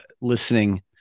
listening